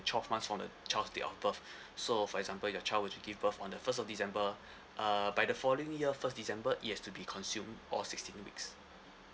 twelve months from the child's date of birth so for example your child were to give birth on the first of december uh by the following year first december it has to be consumed all sixteen weeks